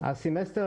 סמסטר